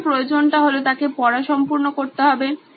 আসল প্রয়োজন টা হলো তাকে পড়া সম্পূর্ণ করতে হবে